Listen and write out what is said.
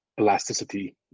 elasticity